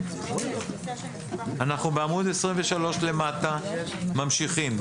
אנחנו בעמוד 23 למטה, ממשיכים.